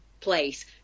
place